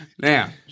Now